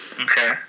Okay